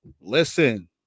listen